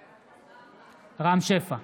בעד רם שפע,